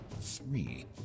Three